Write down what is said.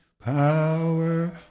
power